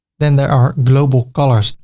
then there are global colors.